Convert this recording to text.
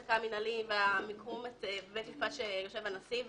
ההפסקה המינהלי בבית משפט שיושב הנשיא.